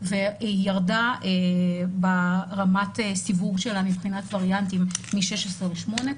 וירדה ברמת סיווג שלה מבחינת וריאנטים מ-16 לשמונה,